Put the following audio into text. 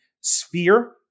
sphere